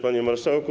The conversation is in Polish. Panie Marszałku!